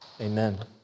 Amen